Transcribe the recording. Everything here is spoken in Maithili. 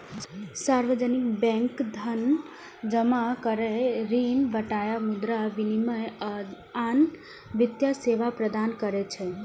सार्वजनिक बैंक धन जमा करै, ऋण बांटय, मुद्रा विनिमय, आ आन वित्तीय सेवा प्रदान करै छै